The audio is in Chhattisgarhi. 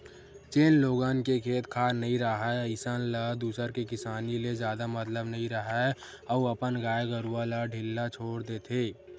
जेन लोगन के खेत खार नइ राहय अइसन ल दूसर के किसानी ले जादा मतलब नइ राहय अउ अपन गाय गरूवा ल ढ़िल्ला छोर देथे